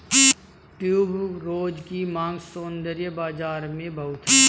tuberose की मांग सौंदर्य बाज़ार में बहुत है